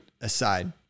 aside